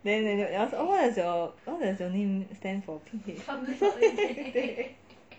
then they ask what does what does your name stand for p_h